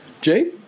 Jay